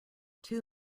two